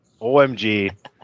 OMG